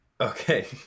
Okay